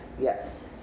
Yes